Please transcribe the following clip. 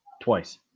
twice